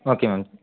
okay ma'am